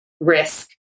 risk